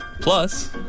Plus